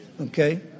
okay